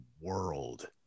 world